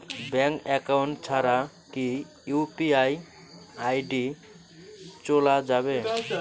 Bank account ছাড়া কি UPI ID চোলা যাবে?